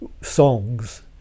songs